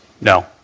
No